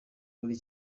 muri